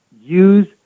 use